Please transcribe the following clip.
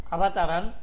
Avataran